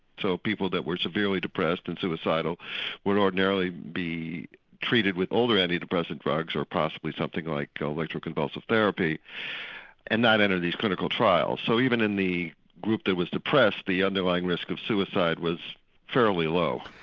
so people who were severely depressed and suicidal would ordinarily be treated with older antidepressant drugs or possibly something like electro convulsive therapy and not enter these clinical trials. so even in the group that was depressed the underlying risk of suicide was fairly low.